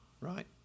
right